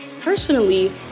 Personally